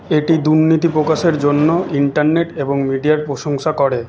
এটি দুর্নীতি প্রকাশের জন্য ইন্টারনেট এবং মিডিয়ার প্রশংসা করে